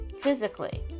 physically